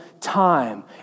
time